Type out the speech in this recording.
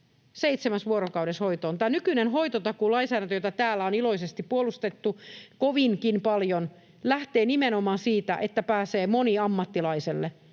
seitsemässä vuorokaudessa hoitoon. Tämä nykyinen hoitotakuulainsäädäntö, jota täällä on iloisesti puolustettu kovinkin paljon, lähtee nimenomaan siitä, että moni pääsee ammattilaiselle